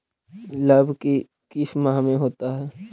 लव की किस माह में होता है?